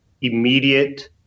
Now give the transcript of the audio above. immediate